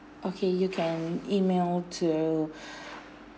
okay you can email to